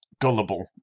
gullible